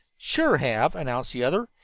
sure have, announced the other,